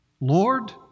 Lord